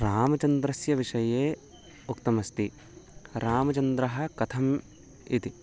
रामचन्द्रस्य विषये उक्तमस्ति रामचन्द्रः कथम् इति